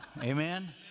Amen